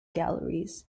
galleries